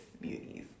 beauties